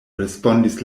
respondis